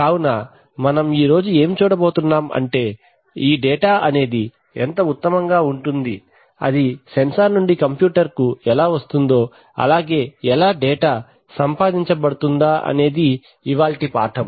కావున మనం ఈరోజు ఏం చూడబోతున్నాం అంటే ఈ డేటా అనేది ఎంత ఉత్తమం గా ఉంటుంది అది సెన్సార్ నుండి కంప్యూటర్ కు ఎలా వస్తుందో అలాగే ఎలా డిజిటల్ డేటా సంపాదించబడుతుందా అనేది ఇవాల్టి పాఠం